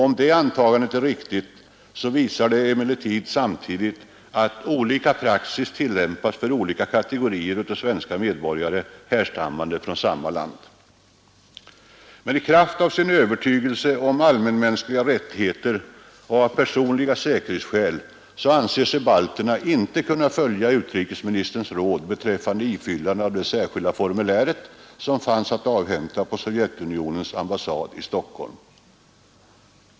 Om detta antagande skulle vara riktigt, visar det emellertid samtidigt att olika praxis tillämpas för olika kategorier av svenska medborgare härstammande från samma land. I kraft av sin övertygelse om allmänmänskliga rättigheter och av personliga säkerh r sig balterna i Sverige icke kunna följa utrikesministerns råd beträffande ifyllande av det särskilda formulär som finns att avhämta på Sovjetunionens ambassad i Stockholm.